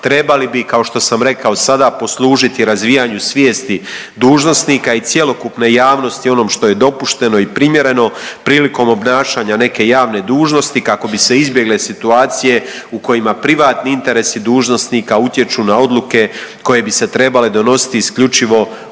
trebali bi kao što sam rekao sada poslužiti razvijanju svijesti dužnosnika i cjelokupnoj javnosti o onom što je dopušteno i primjereno prilikom obnašanja neke javne dužnosti kako bi se izbjegle situacije u kojima privatni interesi dužnosnika utječu na odluke koje bi se trebale donositi isključivo u